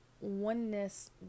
oneness